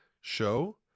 show